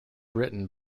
written